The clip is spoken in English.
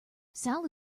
sal